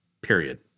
period